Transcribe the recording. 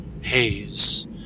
haze